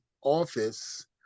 office